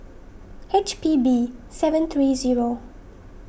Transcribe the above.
H P B seven three zero